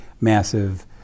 massive